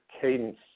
cadence